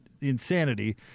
insanity